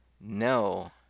No